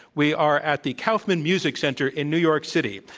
we are at the kaufman music center in new york city,